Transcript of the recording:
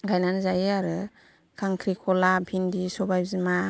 गायनानै जायो आरो खांख्रिखला भिन्दि सबाइबिमा